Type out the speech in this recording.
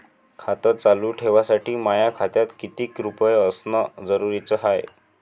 खातं चालू ठेवासाठी माया खात्यात कितीक रुपये असनं जरुरीच हाय?